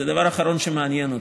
זה הדבר האחרון שמעניין אותי,